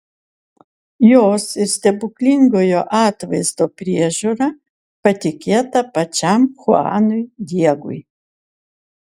jos ir stebuklingojo atvaizdo priežiūra patikėta pačiam chuanui diegui